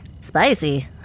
Spicy